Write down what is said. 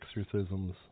exorcisms